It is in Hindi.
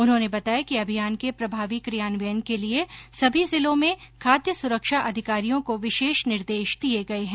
उन्होने बताया कि अभियान के प्रभावी कियान्वयन के लिये सभी जिलों में खाद्य सुरक्षा अधिकारियों को विशेष निर्देश दिये गये हैं